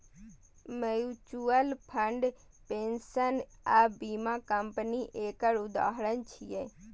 mutual fund, पेंशन आ बीमा कंपनी एकर उदाहरण छियै